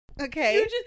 Okay